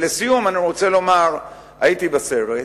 לסיום, אני רוצה לומר שהייתי בסרט,